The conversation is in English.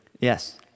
Yes